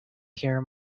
hear